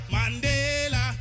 Mandela